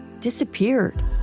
disappeared